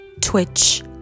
Twitch